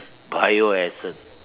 Bio Essence